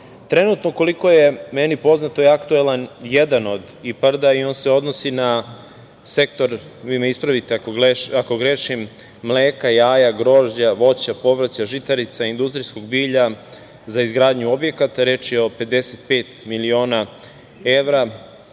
Trenutno, koliko je meni poznato, je aktuelan jedan od IPARD-a i on se odnosi na sektor, vi me ispravite ako grešim, mleka, jaja, grožđa, voća, povrća, žitarica, industrijskog bilja, za izgradnju objekata. Reč je od 55 miliona evra